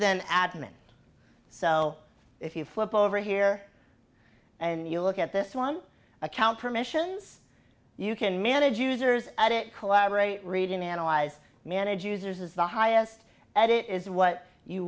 than adamant so if you flip over here and you look at this one account permissions you can manage users at it collaborate read in analyze manage users as the highest that it is what you